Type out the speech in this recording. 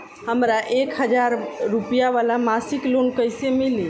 हमरा एक हज़ार रुपया वाला मासिक लोन कईसे मिली?